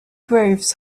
groves